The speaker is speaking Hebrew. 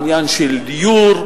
עניין של דיור,